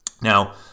Now